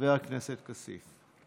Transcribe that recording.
חבר הכנסת כסיף.